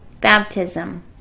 baptism